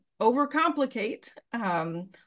overcomplicate